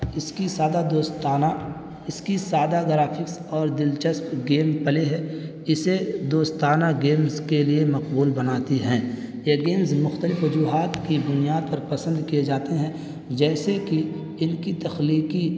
اس کی سادہ دوستانہ اس کی سادہ گرافکس اور دلچسپ گیم پلے ہے اسے دوستانہ گیمز کے لیے مقبول بناتی ہیں یہ گیمز مختلف وجوہات کی بنیاد پر پسند کیے جاتے ہیں جیسے کہ ان کی تخلیقی